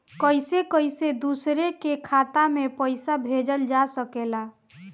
कईसे कईसे दूसरे के खाता में पईसा भेजल जा सकेला?